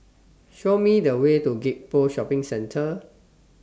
Show Me The Way to Gek Poh Shopping Centre